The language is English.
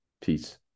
Peace